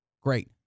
Great